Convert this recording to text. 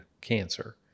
cancer